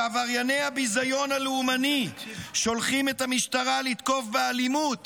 שעברייני הביזיון הלאומני שולחים את המשטרה לתקוף באלימות